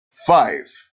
five